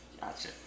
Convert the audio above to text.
Gotcha